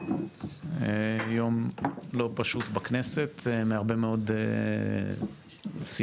יום לא פשוט בכנסת, מהרבה מאוד סיבות,